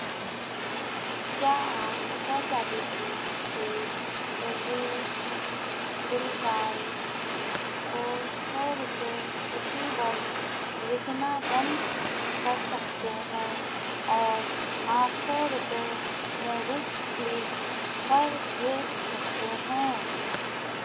क्या आप स्वचालित रूप से प्रदीप बिलवाल को सौ रुपये प्रतिवर्ष भेजना बंद कर सकते हैं और आठ सौ रुपये मोबीक्लिक पर भेज सकते हैं